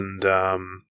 and-